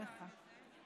תודה לך.